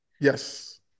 Yes